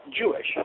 jewish